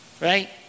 right